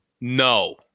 no